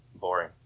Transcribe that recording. boring